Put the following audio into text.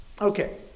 Okay